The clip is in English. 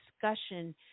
discussion